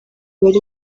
bari